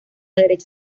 derecha